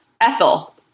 Ethel